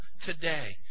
today